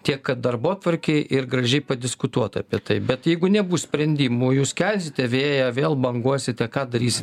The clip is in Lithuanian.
tiek kad darbotvarkėj ir gražiai padiskutuota apie tai bet jeigu nebus sprendimų jūs kelsite vėją vėl banguosite ką darysi